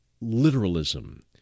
literalism